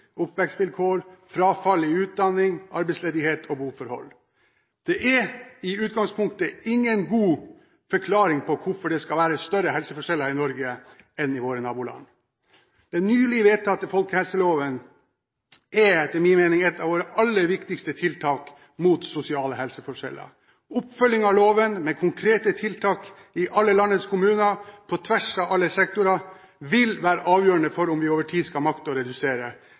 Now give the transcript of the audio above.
oppvekstvilkår, frafall i utdanning, arbeidsledighet og boforhold. Det er i utgangspunktet ingen god forklaring på hvorfor det skal være større helseforskjeller i Norge enn i våre naboland. Den nylig vedtatte folkehelseloven er, etter min mening, et av våre aller viktigste tiltak mot sosiale helseforskjeller. Oppfølgingen av loven, med konkrete tiltak i alle landets kommuner, på tvers av alle sektorer, vil være avgjørende for om vi over tid skal makte å redusere